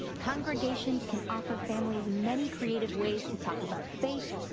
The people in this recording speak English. congregations can offer families many creative ways to talk about faith,